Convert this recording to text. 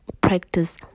practice